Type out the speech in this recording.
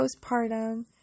postpartum